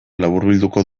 laburbilduko